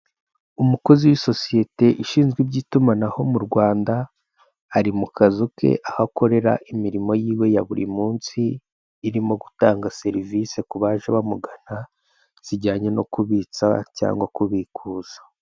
Umukozi w'isosiyete ushinzwe iby'itumanaho mu Rwanda, ari mu kazu ke aho akorera imirimo yiwe ya buri munsi, irimo gutanga serivise ku baje bamugana, zijyanye no kubitsa cyangwa kubikuza.